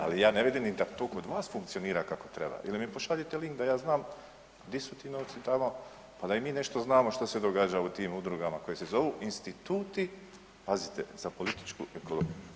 Ali ja ne vidim ni da to kod vas funkcionira kako treba ili mi pošaljite link da ja znam gdje su ti novci tamo, a da i mi nešto znamo što se događa u tim udrugama koje se zovu Instituti, pazite, za političku ekologiju.